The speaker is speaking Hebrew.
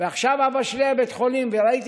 עכשיו אבא שלי היה בבית חולים וראיתי